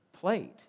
plate